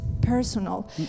personal